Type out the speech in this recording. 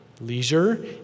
Leisure